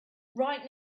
right